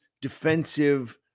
defensive